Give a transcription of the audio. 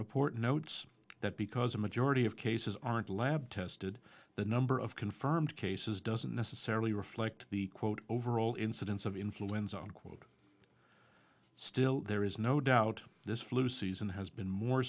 report notes that because a majority of cases aren't lab tested the number of confirmed cases doesn't necessarily reflect the quote overall incidence of influenza quote still there is no doubt this flu season has been more